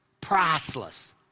priceless